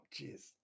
jeez